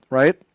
right